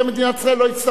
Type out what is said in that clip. לא יצטרכו מלחמה.